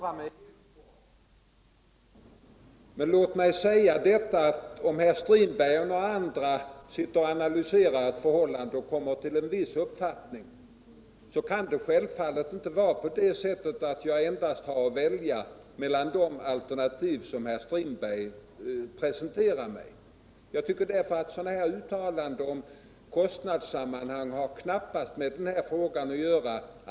Herr talman! Jag skall fatta mig helt kort. Om herr Strindberg och några andra sitter och analyserar ett förhållande och kommer fram till en viss uppfattning, kan det självfallet inte vara så att jag bara har att välja mellan de alternativ som herr Strindberg och dessa andra presenterar för mig. Jag tycker därför att sådana här uttalanden om kostnadssammanhangen knappast har med denna fråga att göra.